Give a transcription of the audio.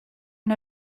and